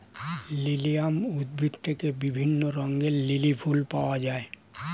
lilium উদ্ভিদ থেকে বিভিন্ন রঙের লিলি ফুল পাওয়া যায়